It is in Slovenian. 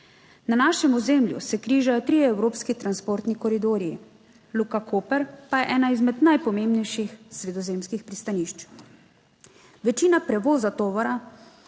Na našem ozemlju se križajo trije evropski transportni koridorji, Luka Koper pa je ena izmed najpomembnejših sredozemskih pristanišč. Večina prevoza tovora